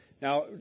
Now